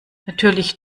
natürlich